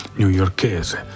newyorkese